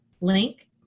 link